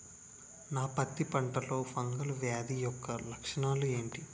నా పత్తి పంటలో ఫంగల్ వ్యాధి యెక్క లక్షణాలు ఏంటి?